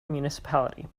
municipality